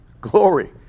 Glory